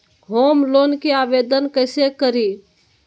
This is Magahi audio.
होम लोन के आवेदन कैसे करि?